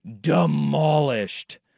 demolished